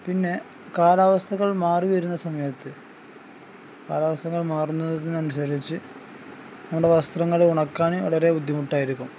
പിന്നെ കാലാവസ്ഥകൾ മാറി വരുന്ന സമയത്ത് കാലാവസ്ഥകൾ മാറുന്നതിന് അനുസരിച്ച് നമ്മുടെ വസ്ത്രങ്ങൾ ഉണക്കാന് വളരെ ബുദ്ധിമുട്ടായിരിക്കും